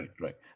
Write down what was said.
right